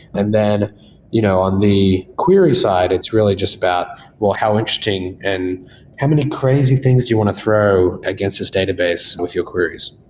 and then you know on the query side, it's really just about, well, how interesting and how many crazy things do you want to throw against this database with your queries?